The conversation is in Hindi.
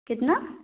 कितना